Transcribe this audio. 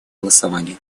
голосования